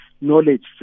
knowledge